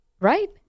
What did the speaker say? Right